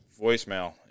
voicemail